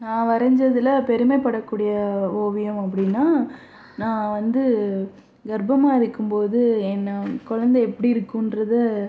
நான் வரைஞ்சதுல பெருமைப்படக்கூடிய ஓவியம் அப்படின்னா நான் வந்து கர்ப்பமாக இருக்கும்போது என் குழந்தை எப்படி இருக்கும்ன்றதை